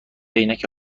عینک